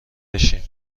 بشیم